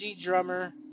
drummer